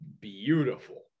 beautiful